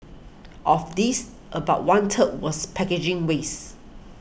of this about one third was packaging ways